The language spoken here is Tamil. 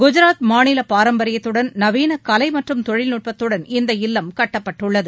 குஜராத் மாநில பாரம்பரியத்துடன் நவீன கலை மற்றும் தொழில்நுட்பத்துடன் இந்த இல்லம் கட்டப்பட்டுள்ளது